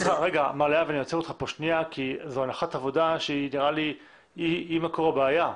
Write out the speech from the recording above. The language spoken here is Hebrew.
אני עוצר פה שנייה כי זו הנחת עבודה שנראה לי שהיא מקור הבעיה.